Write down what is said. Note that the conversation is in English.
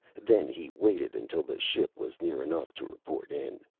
then he waited until the ship was near enough to report in.